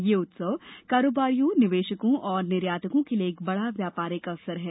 यह उत्सव कारोबारियों निवेशकों और निर्यातकों के लिए एक बड़ा व्यापारिक अवसर है